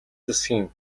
засгийн